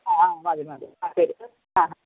ആ മതി മതി ആ ശരി ആ